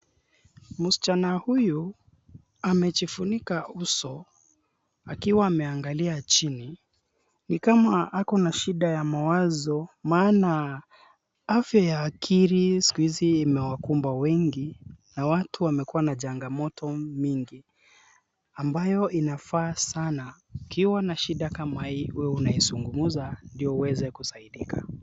Msichana huyu amejifunika uso akiwa ameangalia chini ni kama akona shida ya mawazo maana afiya aya akili sikuhizi imewakumba wengi na watu wamekuwa na changamoto mingi ambayo inafaa sana ukiwa na shida kama hii uwe unaizugumza ili uweze kusaidika.